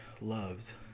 loves